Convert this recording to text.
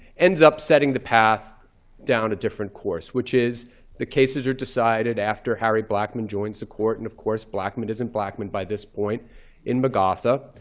ends up setting the path down a different course, which is the cases are decided after harry blackman joins the court. and of course, blackman isn't blackman by this point in mcgautha.